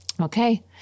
Okay